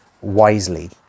wisely